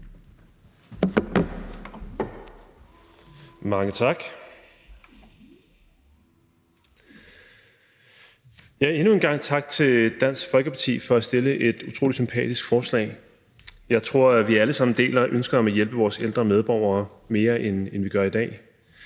Mange tak. Så ja, endnu en gang tak til Dansk Folkeparti for at fremsætte et utrolig sympatisk forslag. Jeg tror, at vi alle sammen deler ønsket om at hjælpe vores ældre medborgere, mere end vi gør i dag.